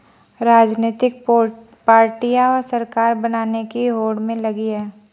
राजनीतिक पार्टियां सरकार बनाने की होड़ में लगी हैं